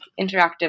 interactive